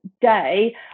day